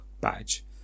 badge